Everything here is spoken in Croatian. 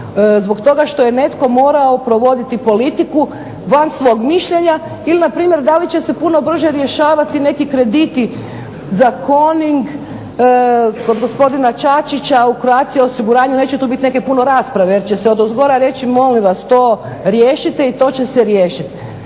zbog toga što je netko morao provoditi politiku van svog mišljenja. Ili npr. da li će se puno brže rješavati neki krediti za …/Ne razumije se./… kod gospodina Čačića, u Croatia osiguranju. Neće tu biti neke puno rasprave jer će se odozgora reći molim vas to riješite i to će se riješit.